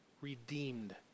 redeemed